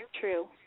True